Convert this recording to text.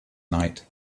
night